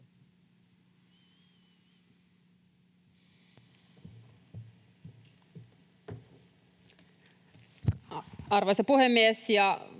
Arvoisa puhemies